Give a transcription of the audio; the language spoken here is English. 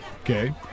Okay